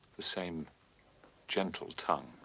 the same gentle tongue.